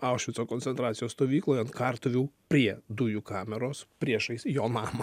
aušvico koncentracijos stovykloje ant kartuvių prie dujų kameros priešais jo namą